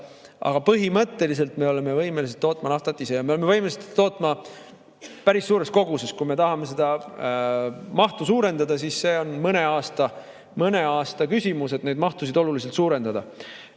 Aga põhimõtteliselt me oleme võimelised tootma naftat ise ja me oleme võimelised tootma päris suures koguses. Kui me tahame seda mahtu suurendada, siis see on mõne aasta küsimus, et neid mahtusid oluliselt suurendada.